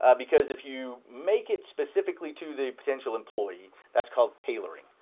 ah because if you make it specifically to the potential employee, that's called tailoring.